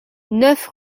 neuf